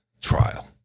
trial